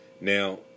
Now